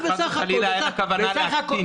חס וחלילה אין הכוונה להקטין.